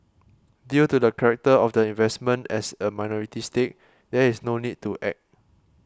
due to the character of the investment as a minority stake there is no need to act